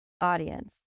audience